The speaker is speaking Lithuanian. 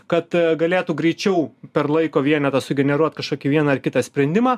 kad galėtų greičiau per laiko vienetą sugeneruot kažkokį vieną ar kitą sprendimą